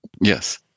Yes